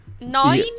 nine